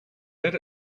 let